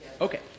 Okay